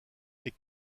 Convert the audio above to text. est